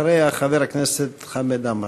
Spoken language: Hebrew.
אחריה, חבר הכנסת חמד עמאר.